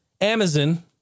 Amazon